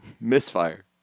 Misfire